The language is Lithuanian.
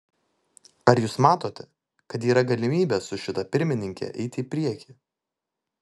ar jūs matote kad yra galimybė su šita pirmininke eiti į priekį